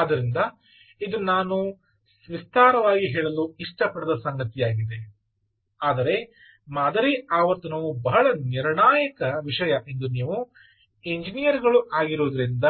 ಆದ್ದರಿಂದ ಇದು ನಾನು ವಿಸ್ತಾರವಾಗಿ ಹೇಳಲು ಇಷ್ಟಪಡದ ಸಂಗತಿಯಾಗಿದೆ ಆದರೆ ಮಾದರಿ ಆವರ್ತನವು ಬಹಳ ನಿರ್ಣಾಯಕ ವಿಷಯ ಎಂದು ನೀವು ಎಂಜಿನಿಯರ್ ಗಳು ಆಗಿರುವುದರಿಂದ